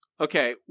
Okay